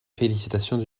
félicitations